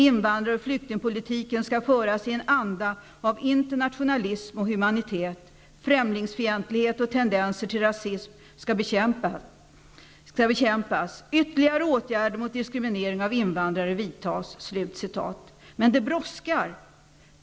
Invandrar och flyktingpolitiken skall föras i en anda av internationalism och humanitet. Främlingsfientlighet och tendenser till rasism skall bekämpas. Ytterligare åtgärder mot diskriminering av invandrare vidtas.'' Men det brådskar!